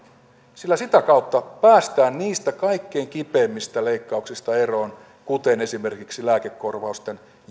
sillä sitä kautta päästään niistä kaikkein kipeimmistä leikkauksista eroon kuten esimerkiksi lääkekorvausten